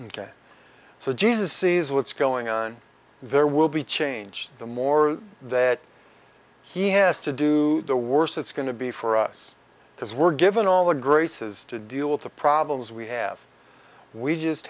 and so jesus sees what's going on there will be change the more that he has to do the worse it's going to be for us because we're given all the graces to deal with the problems we have we just